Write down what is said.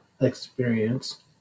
experience